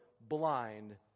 blind